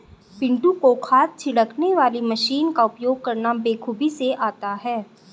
पिंटू को खाद छिड़कने वाली मशीन का उपयोग करना बेखूबी से आता है